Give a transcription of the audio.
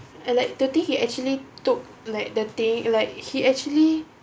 and like thirty he actually took like the thing like he actually